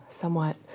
somewhat